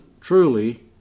truly